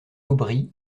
aubry